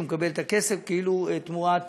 שהוא מקבל את הכסף כאילו תמורת